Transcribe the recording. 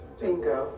Bingo